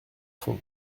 fond